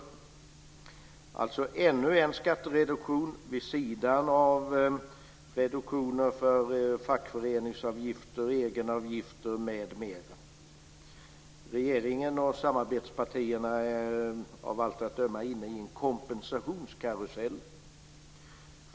Vi får alltså ännu en skattereduktion, vid sidan av reduktioner för fackföreningsavgifter, egenavgifter m.m. Regeringen och samarbetspartierna är av allt att döma inne i en kompensationskarusell.